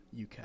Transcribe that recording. UK